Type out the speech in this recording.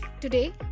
Today